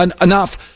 enough